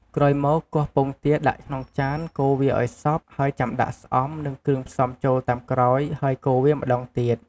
ក្រោយមក គោះពងទាដាក់ក្នុងចាន កូរវាឱ្យសព្វ ហើយចាំដាក់ស្អំ និងគ្រឿងផ្សំចូលតាមក្រោយហើយកូរវាម្ដងទៀត។